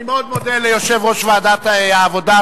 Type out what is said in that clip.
אני מאוד מודה ליושב-ראש ועדת העבודה,